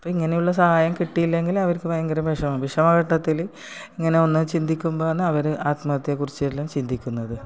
അപ്പം ഇങ്ങനെയുള്ള സഹായം കിട്ടിയില്ലെങ്കിൽ അവർക്ക് ഭയങ്കര വിഷമം വിഷമഘട്ടത്തിൽ ഇങ്ങനെ ഒന്ന് ചിന്തിക്കുമ്പോൾ ആണ് അവർ ആത്മഹത്യയെക്കുറിച്ചെല്ലാം ചിന്തിക്കുന്നത്